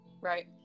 right